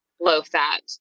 low-fat